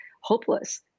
hopeless